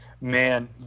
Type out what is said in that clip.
Man